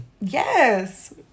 Yes